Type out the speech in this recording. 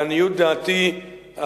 לעניות דעתי,